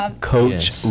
coach